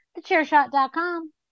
TheChairShot.com